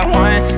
one